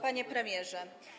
Panie Premierze!